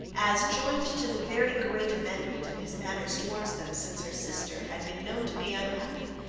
as, joined to the very great amendment of his manners towards them since her sister had been known to be unhappy,